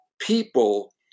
people